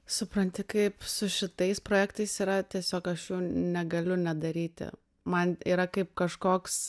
supranti kaip su šitais projektais yra tiesiog aš jų negaliu nedaryti man yra kaip kažkoks